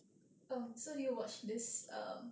um so did you watch this err